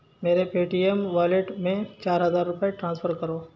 میرے Paytm wallet میں چار ہزار روپئے ٹرانسفر کرو